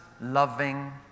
loving